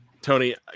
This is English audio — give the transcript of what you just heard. Tony